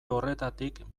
horretatik